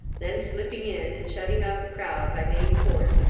then slipping in, and shutting out the crowd by main force,